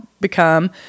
become